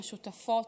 השותפות,